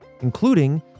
including